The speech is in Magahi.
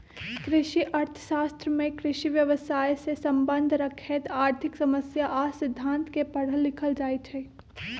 कृषि अर्थ शास्त्र में कृषि व्यवसायसे सम्बन्ध रखैत आर्थिक समस्या आ सिद्धांत के पढ़ल लिखल जाइ छइ